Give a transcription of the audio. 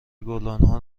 گلدانها